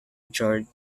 george